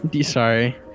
sorry